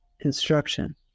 instruction